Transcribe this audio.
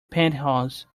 pantyhose